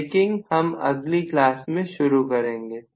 breaking हम अगली class में शुरू करेंगे